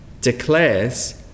declares